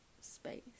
space